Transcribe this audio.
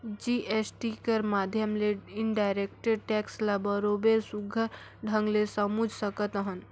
GST कर माध्यम ले इनडायरेक्ट टेक्स ल बरोबेर सुग्घर ढंग ले समुझ सकत अहन